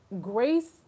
grace